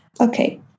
Okay